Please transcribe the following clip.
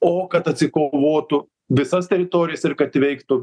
o kad atsikovotų visas teritorijas ir kad įveiktų